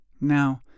Now